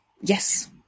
Yes